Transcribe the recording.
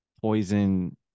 poison